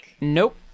Nope